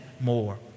more